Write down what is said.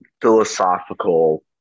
philosophical